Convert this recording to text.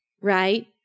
right